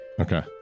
Okay